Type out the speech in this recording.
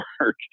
work